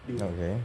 okay